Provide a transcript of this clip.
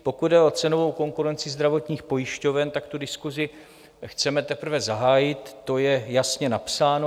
Pokud jde o cenovou konkurenci zdravotních pojišťoven, diskusi chceme teprve zahájit, to je jasně napsáno.